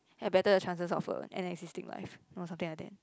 ya better the chances of a an existing life or something like that